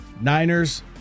Niners